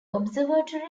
observatory